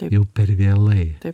jau per vėlai